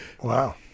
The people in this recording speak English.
Wow